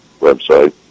website